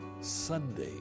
Sunday